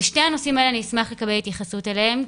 לשני הנושאים האלה אני אשמח לקבל התייחסות אליהם,